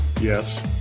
Yes